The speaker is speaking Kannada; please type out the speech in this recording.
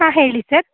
ಹಾಂ ಹೇಳಿ ಸರ್